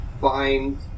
find